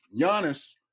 Giannis